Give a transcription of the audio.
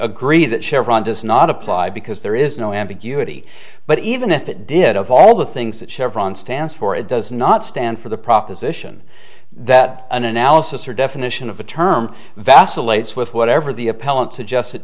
agree that chevron does not apply because there is no ambiguity but even if it did of all the things that chevron stands for it does not stand for the proposition that an analysis or definition of the term vacillates with whatever the